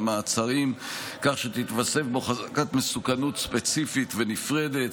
מעצרים) כך שתתווסף בו חזקת מסוכנות ספציפית ונפרדת